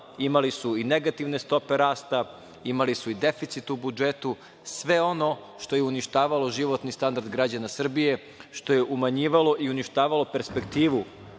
imali su i negativne stope rasta, imali su i deficit u budžetu, sve ono što je uništavalo životni standard građana Srbije, što je umanjivalo i uništavalo perspektivu